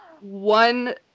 one